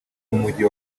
w’umujyi